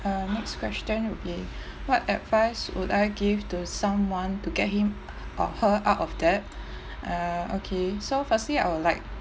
uh next question would be what advice would I give to someone to get him or her out of debt uh okay so firstly I would like